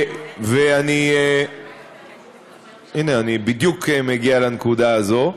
הנה, אני בדיוק מגיע לנקודה הזאת.